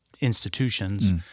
institutions